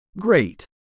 Great